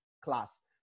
class